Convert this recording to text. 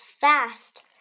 fast